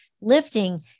lifting